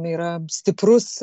yra stiprus